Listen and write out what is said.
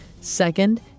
Second